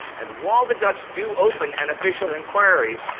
and while the dutch do open an official inquiry,